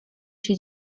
się